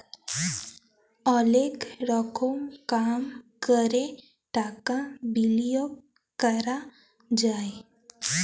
অলেক রকম কাম ক্যরে টাকা বিলিয়গ ক্যরা যায়